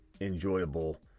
enjoyable